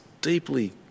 deeply